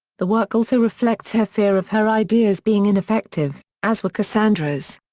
the work also reflects her fear of her ideas being ineffective, as were cassandra's.